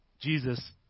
Jesus